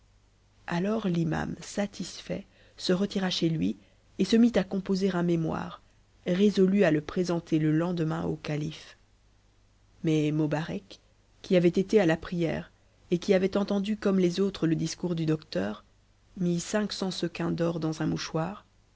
alors f'iman satisfait se retira chez lui et se mit à composer un mémoire résolu a te présenter le lendemain au catife mais mobarec qui avait été à la prière et qui avait entendu comme les autres le discours du docteur mit cinq cents sequins d'or dans un mouchoir